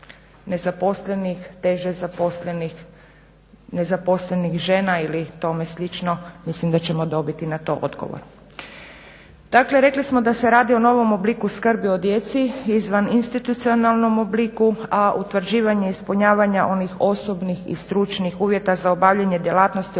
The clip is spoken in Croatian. zaposlenih, nezaposlenih žena ili tome slično mislim da ćemo dobiti na to odgovor. Dakle rekli smo da se radi o novom obliku skrbi o djeci izvan institucionalnom obliku a utvrđivanje ispunjavanja onih osobnih i stručnih uvjeta za obavljanje djelatnosti